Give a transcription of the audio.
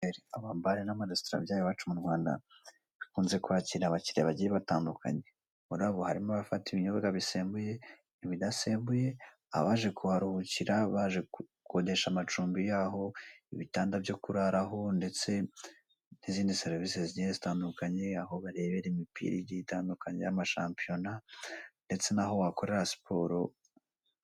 Amabare n'amaresitora byaha iwacu mu Rwanda bikunze kwakira abakire bagiye batandukanye, murabo harimo; abafata ibinyobwa bisembuye, ibidasembuye abaje kuharuhukira baje gukodesha amacumbi yaho, ibitanda byo kuraraho ndetse n'izindi serivise zigiye zitandukanye aho barebera imipira igiye itandukanye y'amashampiyona ndetse naho wakorera siporo.